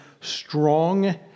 strong